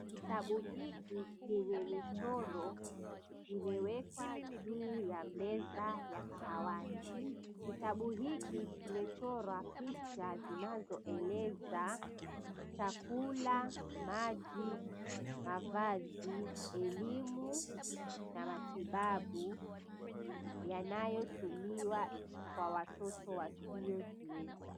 Kitabu hiki chenye michoro kimewekwa juu ya meza ya kahawai. Kitabu hiki kimechorwa picha zinazoeleza chakula, maji, mavazi, elimu na matibabu yanayotumiwa kwa watoto wasiojiweza.